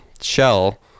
shell